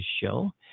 Show